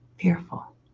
fearful